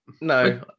No